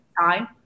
time